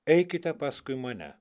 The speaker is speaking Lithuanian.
eikite paskui mane